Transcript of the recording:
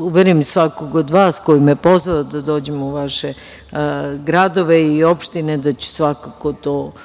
uverim svakog od vas ko me je pozvao da dođem u vaše gradove i opštine da ću svakako to učiniti